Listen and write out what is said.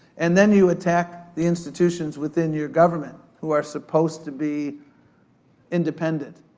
and then you attack the institutions within your government who are supposed to be independent.